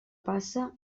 passa